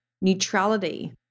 neutrality